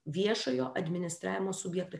viešojo administravimo subjektui